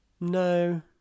No